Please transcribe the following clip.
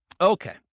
okay